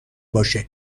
باشد